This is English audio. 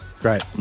Great